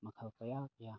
ꯃꯈꯜ ꯀꯌꯥ ꯀꯌꯥ